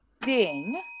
ding